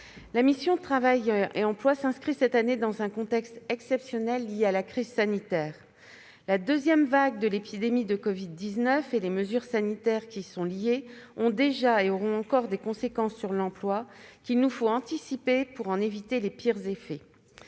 la mission « Travail et emploi » s'inscrit cette année dans un contexte exceptionnel lié à la crise sanitaire. La deuxième vague de l'épidémie de covid-19 et les mesures sanitaires qui y sont liées ont déjà et auront encore des conséquences sur l'emploi qu'il nous faut anticiper pour en éviter les pires effets.